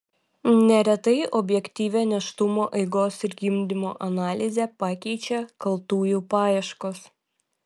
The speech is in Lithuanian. neretai objektyvią nėštumo eigos ir gimdymo analizę pakeičia kaltųjų paieškos